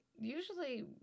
usually